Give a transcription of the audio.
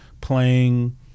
playing